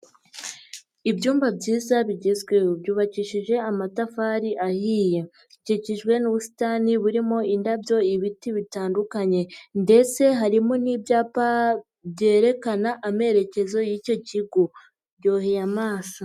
Ibyumba byiza bigezweho. Byubakishije amatafari ahiye. Bikikijwe n'ubusitani burimo indabyo, ibiti bitandukanye ndetse harimo n'ibyapa byerekana amerekezo y'icyo kigo. Biryoheye amaso.